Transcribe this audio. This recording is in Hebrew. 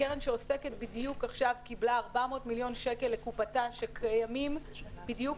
ובדיוק עכשיו קיבלה 400 מיליון שקל לקופתה שקיימים בדיוק